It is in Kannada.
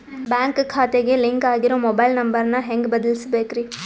ಬ್ಯಾಂಕ್ ಖಾತೆಗೆ ಲಿಂಕ್ ಆಗಿರೋ ಮೊಬೈಲ್ ನಂಬರ್ ನ ಹೆಂಗ್ ಬದಲಿಸಬೇಕ್ರಿ?